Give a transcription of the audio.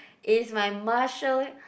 is my Marshall